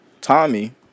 Tommy